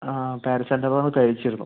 ആ പാരസെറ്റോമോൾ കഴിച്ചിരുന്നു